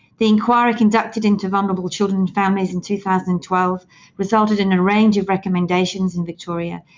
the inquiry conducted into vulnerable children and families in two thousand and twelve resulted in a range of recommendations in victoria,